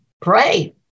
pray